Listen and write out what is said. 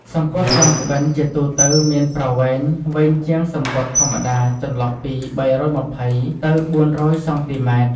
សំពត់ចងក្បិនជាទូទៅមានប្រវែងវែងជាងសំពត់ធម្មតា ចន្លោះពី ៣២០ ទៅ ៤០០ សង់ទីម៉ែត្រ។